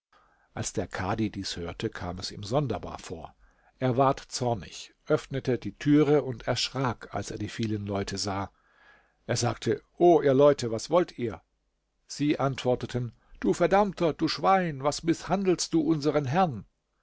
als der kadhi dies hörte kam es ihm sonderbar vor er ward zornig öffnete die türe und erschrak als er die vielen leute sah er sagte o ihr leute was wollt ihr sie antworteten du verdammter du schwein was mißhandelst du unsern herrn